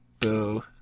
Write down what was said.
Boo